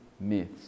Myths